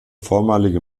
vormalige